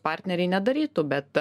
partneriai nedarytų bet